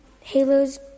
halos